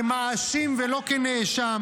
כמאשים ולא כנאשם.